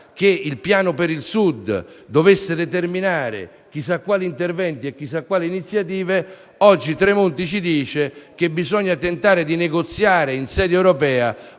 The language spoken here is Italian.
che il piano per il Sud dovesse determinare chissà quale intervento e chissà quali iniziative: oggi Tremonti ci dice che in sede europea bisogna tentare di negoziare una serie